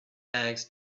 bags